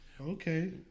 Okay